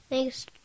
Thanks